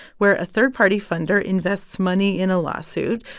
where a third-party funder invests money in a lawsuit.